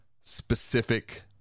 specific